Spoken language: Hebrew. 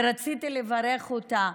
ורציתי לברך אותה.